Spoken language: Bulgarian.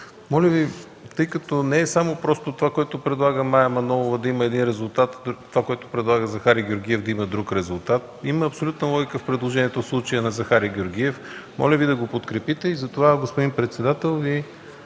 Георгиев. Тъй като не е просто това, което предлага Мая Манолова, да има един резултат, а това, което предлага Захари Георгиев, да има друг резултат, има абсолютна логика в предложението на Захари Георгиев, Ви моля да го подкрепите. Господин председател, моля